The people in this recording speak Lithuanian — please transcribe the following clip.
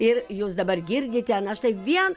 ir jūs dabar girdite na štai vien